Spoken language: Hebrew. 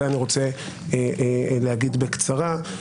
עליה אני רוצה להגיד בקצרה.